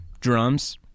Drums